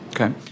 Okay